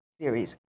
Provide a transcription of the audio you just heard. series